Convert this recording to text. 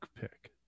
pick